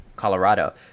Colorado